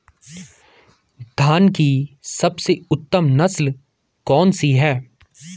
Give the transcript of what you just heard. धान की सबसे उत्तम नस्ल कौन सी है?